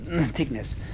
thickness